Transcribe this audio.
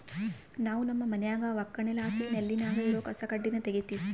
ನಾವು ನಮ್ಮ ಮನ್ಯಾಗ ಒಕ್ಕಣೆಲಾಸಿ ನೆಲ್ಲಿನಾಗ ಇರೋ ಕಸಕಡ್ಡಿನ ತಗೀತಿವಿ